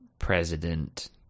president